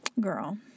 Girl